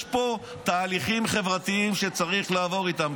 יש פה תהליכים חברתיים שצריך לעבור אותם.